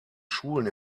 schulen